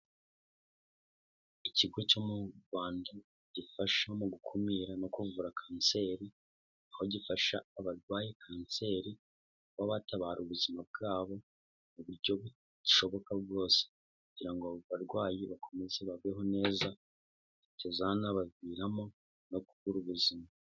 Ikigo cyo mu Rwanda gifasha mu gukumira no kuvura kanseri aho gifasha abarwaye kanseri kuba batabara ubuzima bwabo mu buryo bushoboka bwose kugira ngo abo barwayi bakomeze babeho neza bitazanabaviramo no kubura ubuzima.